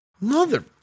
Mother